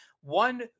one